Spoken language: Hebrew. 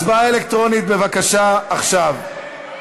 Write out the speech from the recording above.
הצבעה אלקטרונית, בבקשה, עכשיו.